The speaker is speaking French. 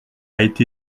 été